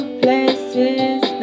places